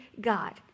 God